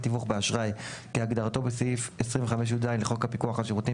תיווך באשראי כהגדרתו בסעיף 25יז לחוק הפיקוח על שירותים